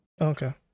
Okay